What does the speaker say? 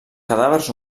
cadàvers